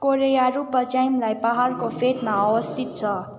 कोरैयारू पचाइमलाई पाहाडको फेदमा अवस्थित छ